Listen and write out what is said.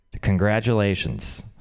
Congratulations